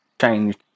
changed